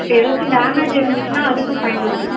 ஏதாச்சும் டேமேஜ் இருந்துச்சுனால் அதுக்கும் ஃபைன் உண்டு